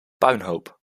puinhoop